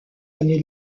année